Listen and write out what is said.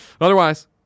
otherwise